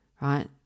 right